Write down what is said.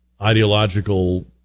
ideological